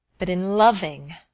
but in loving,